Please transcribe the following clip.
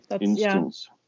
instance